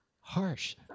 Harsh